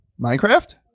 Minecraft